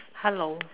hello